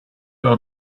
out